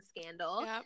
scandal